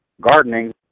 gardening